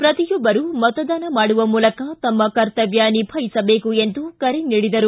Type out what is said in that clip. ಪ್ರತಿಯೊಬ್ಬರು ಮತದಾನ ಮಾಡುವ ಮೂಲಕ ತಮ್ಮ ಕರ್ತವ್ಣ ನಿಭಾಯಿಸಬೇಕು ಎಂದು ಕರೆ ನೀಡಿದರು